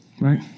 right